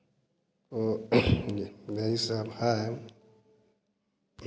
और मेरी शोभा है